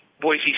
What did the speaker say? Boise